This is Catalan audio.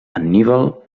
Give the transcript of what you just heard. anníbal